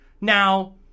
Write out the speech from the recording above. Now